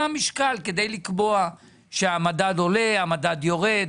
מה המשקל כדי לקבוע שהמדד עולה, המדד יורד.